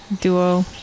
duo